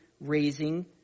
raising